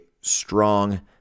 strong